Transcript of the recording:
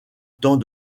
temps